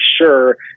sure